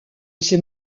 ces